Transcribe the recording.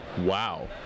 Wow